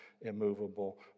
immovable